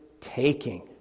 taking